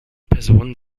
personen